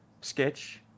sketch